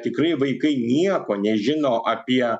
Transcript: tikrai vaikai nieko nežino apie